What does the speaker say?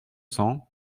cents